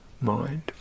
mind